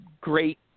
great